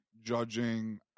judging